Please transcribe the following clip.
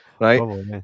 right